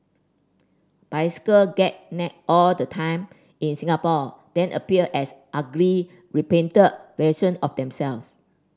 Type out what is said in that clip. bicycle get nicked all the time in Singapore then appear as ugly repainted version of themselves